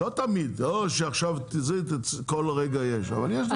לא תמיד, לא שעכשיו כל רגע יש, אבל יש דבר כזה.